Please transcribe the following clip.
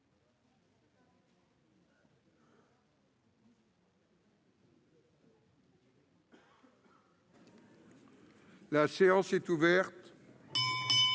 La séance est ouverte.